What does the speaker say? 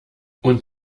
und